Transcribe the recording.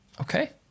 okay